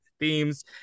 Themes